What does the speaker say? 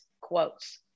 quotes